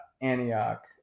Antioch